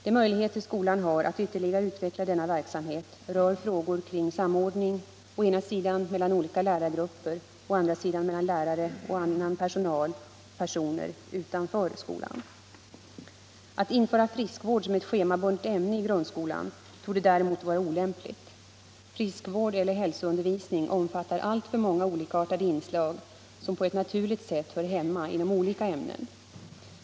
De möjligheter skolan har att ytterligare utveckla denna verksamhet rör frågor kring samordning å ena sidan mellan olika lärargrupper och å andra sidan mellan lärare och annan personal och personer utanför skolan. Att införa ”friskvård” som schemabundet ämne i grundskolan torde däremot vara olämpligt. Friskvård eller hälsoundervisning omfattar alltför många olikartade inslag som på ett naturligt sätt hör hemma inom olika ämnen.